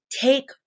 take